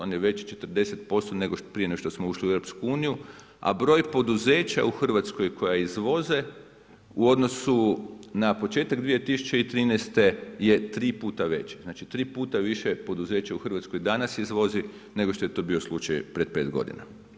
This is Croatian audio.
On je veći 40% nego prije nego što smo ušli u EU, a broj poduzeća u Hrvatskoj koja izvoze u odnosu na početak 2013. je tri puta veći, znači tri puta više poduzeća u Hrvatskoj danas izvozi nego što je to bio slučaj pred pet godina.